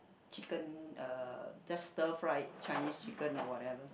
chicken uh just stir fried Chinese chicken or whatever